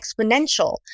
exponential